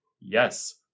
yes